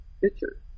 picture